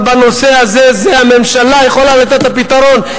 בנושא הזה הממשלה יכולה לתת את הפתרון,